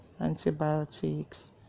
antibiotics